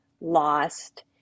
lost